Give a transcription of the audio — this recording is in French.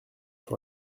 sur